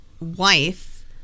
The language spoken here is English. wife